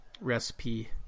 recipe